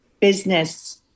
business